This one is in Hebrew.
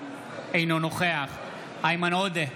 אינו נוכח איימן עודה,